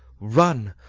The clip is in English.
run,